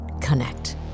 connect